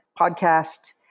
podcast